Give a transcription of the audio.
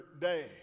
day